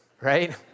right